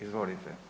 Izvolite.